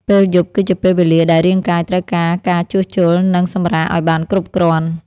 ពេលយប់គឺជាពេលវេលាដែលរាងកាយត្រូវការការជួសជុល និងសម្រាកឱ្យបានគ្រប់គ្រាន់។